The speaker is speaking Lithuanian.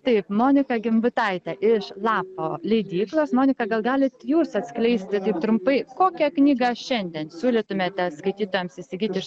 taip monika gimbutaitė iš lapo leidyklos monika gal galit jūs atskleisti taip trumpai kokią knygą šiandien siūlytumėte skaitytojams įsigyt iš